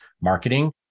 marketing